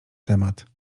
temat